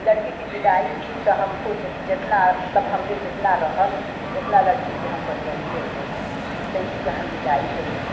लड़की की विदाई थी तो हमको जितना मतलब हमरे जितना रहल ओतना लड़की के हम पहिरौली ओढ़ौली लइकी का हम विदाई कइली